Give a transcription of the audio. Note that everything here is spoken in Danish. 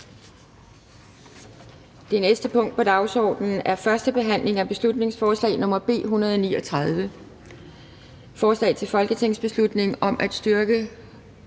Det næste punkt på dagsordenen er: 30) 1. behandling af beslutningsforslag nr. B 136: Forslag til folketingsbeslutning om indførelse